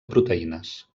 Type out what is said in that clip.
proteïnes